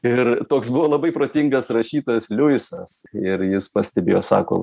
ir toks buvo labai protingas rašytas liuisas ir jis pastebėjo sako